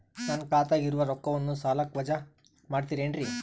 ನನ್ನ ಖಾತಗ ಇರುವ ರೊಕ್ಕವನ್ನು ಸಾಲಕ್ಕ ವಜಾ ಮಾಡ್ತಿರೆನ್ರಿ?